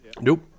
Nope